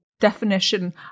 definition